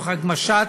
תוך הגמשת